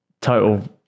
Total